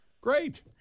Great